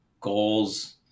goals